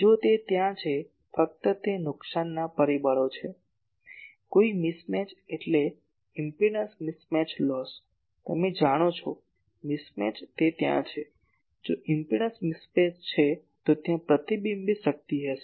જો તે ત્યાં છે ફક્ત તે નુકસાનના પરિબળો છે કોઈ મિસમેચ એટલે ઇમ્પેડંસ મિસમેચ લોસ તમે જાણો છો મિસમેચ તે ત્યાં છે જો ઇમ્પેડંસ મિસમેચ છે તો ત્યાં પ્રતિબિંબિત શક્તિ હશે